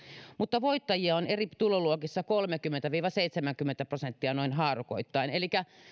mutta voittajia on eri tuloluokissa kolmekymmentä viiva seitsemänkymmentä prosenttia noin haarukoittain elikkä joka tuloluokasta